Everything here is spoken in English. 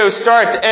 start